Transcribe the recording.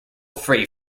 free